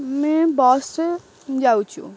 ମୁଁ ବସ୍ ଯାଉଛୁ